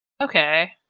Okay